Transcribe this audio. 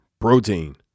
protein